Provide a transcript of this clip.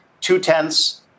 two-tenths